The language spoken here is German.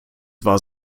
war